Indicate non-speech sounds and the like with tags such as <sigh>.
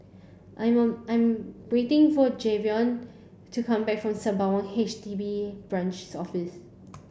I <unintelligible> I'm waiting for Jayvon to come back from Sembawang H D B Branches Office